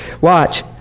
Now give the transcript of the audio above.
watch